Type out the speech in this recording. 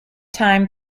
time